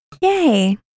yay